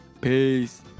Peace